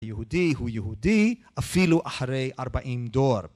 היהודי הוא יהודי אפילו אחרי ארבעים דור